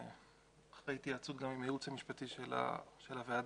אחרי התייעצות גם עם הייעוץ המשפטי של הוועדה,